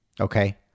Okay